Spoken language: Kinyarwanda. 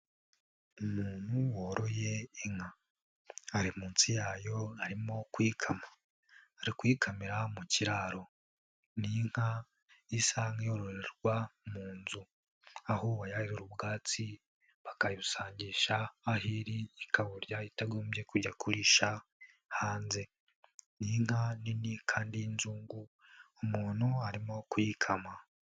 Umuntu woroye inka, ari munsi yayo arimo kuyikama, ari kuyikamira mu kiraro, ni inka isa nk'iyororerwa mu nzu aho bayahirira ubwatsi bakayisangisha aho iri ikaburya itagombye kujya kurisha hanze, ni inka nini kandi y'inzungu umuntu arimo kuyikama.